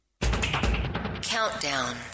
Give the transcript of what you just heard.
countdown